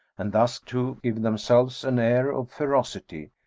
and thus to give themselves an air of ferocity,